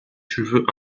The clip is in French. cheveux